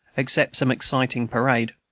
except some exciting parade.